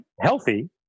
healthy